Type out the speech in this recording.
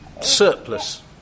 surplus